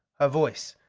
her voice.